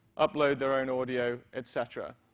upload their own audio, et cetera.